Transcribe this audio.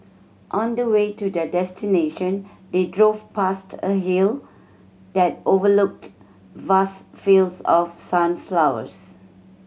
on the way to their destination they drove past a hill that overlooked vast fields of sunflowers